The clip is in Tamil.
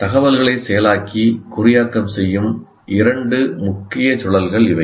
தகவல்களை செயலாக்கி குறியாக்கம் செய்யும் இரண்டு முக்கிய சுழல்கள் இவை